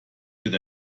wird